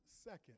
second